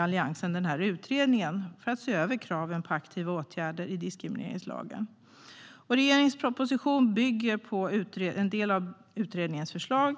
Alliansen en utredning för att se över kraven på aktiva åtgärder i diskrimineringslagen. Regeringens proposition bygger på en del av utredningens förslag.